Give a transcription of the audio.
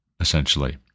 essentially